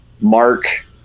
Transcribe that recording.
Mark